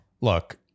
Look